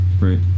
Right